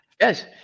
Yes